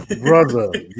brother